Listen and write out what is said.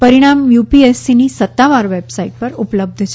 પરિણામ યુપીએસસીની સત્તાવાર વેબસાઇટ પર ઉપલબ્ધ છે